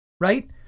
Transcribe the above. right